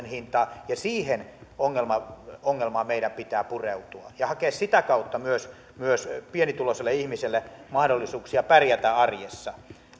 hintaa ja siihen ongelmaan meidän pitää pureutua ja hakea sitä kautta myös myös pienituloiselle ihmiselle mahdollisuuksia pärjätä arjessa